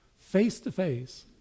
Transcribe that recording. face-to-face